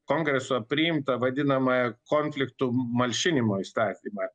kongreso priimtą vadinamą konfliktų malšinimo įstatymą